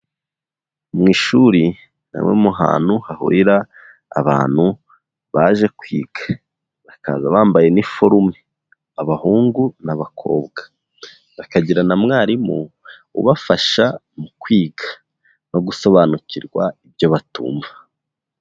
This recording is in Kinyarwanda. Mu ishuri ni hamwe mu hantu hahurira abantu baje kwiga, bakaza bambaye iniforume abahungu n'abakobwa, bakagira na mwarimu ubafasha mu kwiga no gusobanukirwa ibyo batumva.